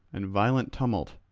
and violent tumult,